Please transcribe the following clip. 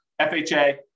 FHA